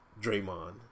Draymond